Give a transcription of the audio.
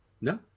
No